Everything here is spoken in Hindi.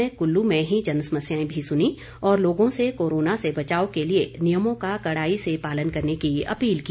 उन्होंने बाद में कुल्लू में ही जन समस्यां भी सुनी और लोगों से कोरोना से बचाव के लिए नियमों का कड़ाई से पालन करने की अपील की